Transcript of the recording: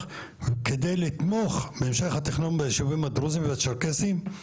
כדי לתמוך בהמשך התכנון ביישובים הדרוזים והצ'רקסים.